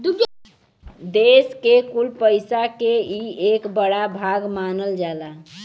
देस के कुल पइसा के ई एक बड़ा भाग मानल जाला